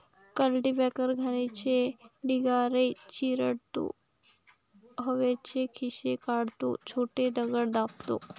cultipacker घाणीचे ढिगारे चिरडतो, हवेचे खिसे काढतो, छोटे दगड दाबतो